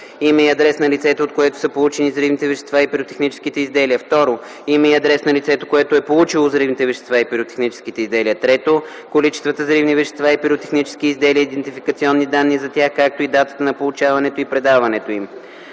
име и адрес на лицето, от което са получени взривните вещества и пиротехническите изделия; 2. име и адрес на лицето, което e получило взривните вещества и пиротехническите изделия; 3. количествата взривни вещества и пиротехнически изделия, идентификационни данни за тях, както и датата на получаването и предаването им;